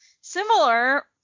similar